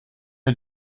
wir